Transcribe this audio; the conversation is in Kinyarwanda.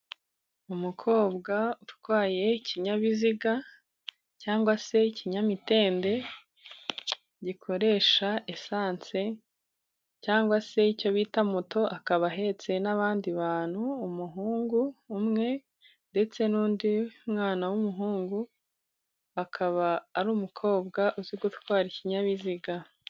Umukobwa utwaye ikinyabiziga cyangwa se ikinyamitende gikoresha esansi cyangwa se icyo bita moto akaba ahetse n'abandi bantu. Umuhungu umwe ndetse n'undi mwana w'umuhungu akaba ari umukobwa uzi gutwara ikinyabiziga.